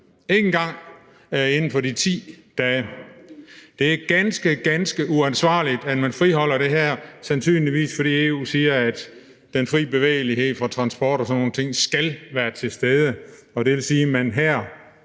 ikke engang en test inden for de 10 dage. Det er ganske, ganske uansvarligt, at man friholder det her område – sandsynligvis fordi EU siger, at den fri bevægelighed for transport og sådan nogle ting skal være til stede, og det vil sige, at man her